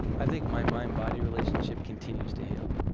i think my mind-body relationship continues to heal,